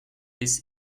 biss